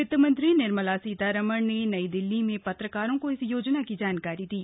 आज वित्त मंत्री निर्मला सीतारमन ने नई दिल्ली में पत्रकारों को इस योजना की जानकारी दी